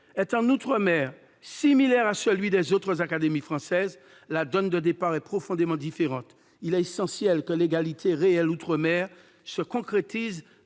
en outre-mer similaire à celui des autres académies françaises, la donne de départ est profondément différente. Il est essentiel que l'égalité réelle outre-mer se concrétise